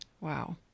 Wow